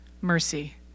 mercy